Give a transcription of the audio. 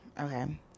Okay